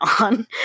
on